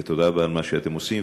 ותודה רבה על מה שאתם עושים.